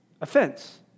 Offense